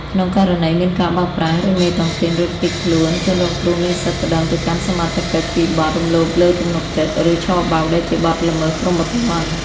ក្នុងករណីមានការបោកប្រាស់ ឬមេតុងទីនរត់គេចខ្លួន ជនរងគ្រោះមានសិទ្ធិប្ដឹងទៅកាន់សមត្ថកិច្ចពីបទ "រំលោភលើទំនុកចិត្ត" ឬ "ឆបោក" ដែលជាបទល្មើសព្រហ្មទណ្ឌ។